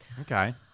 Okay